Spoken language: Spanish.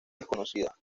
desconocida